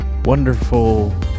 Wonderful